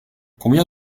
combien